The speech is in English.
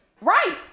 Right